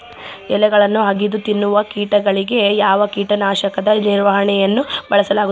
ಎಲೆಗಳನ್ನು ಅಗಿದು ತಿನ್ನುವ ಕೇಟಗಳಿಗೆ ಯಾವ ಕೇಟನಾಶಕದ ನಿರ್ವಹಣೆಯನ್ನು ಬಳಸಲಾಗುತ್ತದೆ?